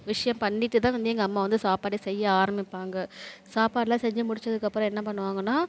விஷயம் பண்ணிட்டுதான் வந்து எங்கள் அம்மா வந்து சாப்பாடே செய்ய ஆரம்பிப்பாங்க சாப்பாடெலாம் செஞ்சு முடிச்சதுக்கப்புறம் என்ன பண்ணுவாங்கன்னா